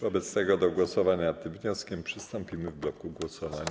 Wobec tego do głosowania nad tym wnioskiem przystąpimy w bloku głosowań.